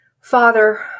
Father